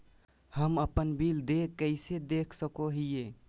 हम अपन बिल देय कैसे देख सको हियै?